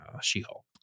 She-Hulk